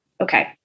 okay